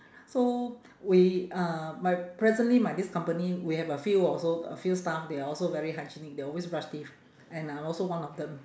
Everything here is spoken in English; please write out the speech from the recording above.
so we uh my presently my this company we have a few also a few staff they are also very hygienic they always brush teeth and I'm also one of them